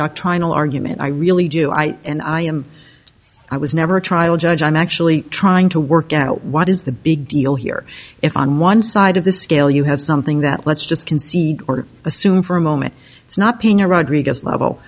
argument i really do i and i am i was never a trial judge i'm actually trying to work out what is the big deal here if on one side of the scale you have something that let's just concede or assume for a moment it's not being a rodriguez level